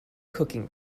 cooking